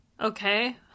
Okay